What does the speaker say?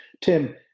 Tim